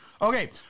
Okay